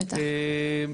בטח.